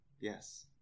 Yes